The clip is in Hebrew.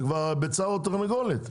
זה כבר ביצה ותרנגולת,